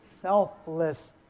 selfless